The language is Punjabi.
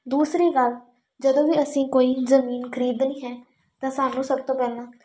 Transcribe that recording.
ਦੂਸਰੀ ਗੱਲ ਜਦੋਂ ਵੀ ਅਸੀਂ ਕੋਈ ਜ਼ਮੀਨ ਖਰੀਦਣੀ ਹੈ ਤਾਂ ਸਾਨੂੰ ਸਭ ਤੋਂ ਪਹਿਲਾਂ